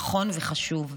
נכון וחשוב,